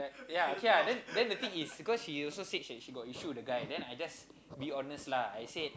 ya okay ah then then the thing is because she also said she she got issue with the guy then I just be honest lah I said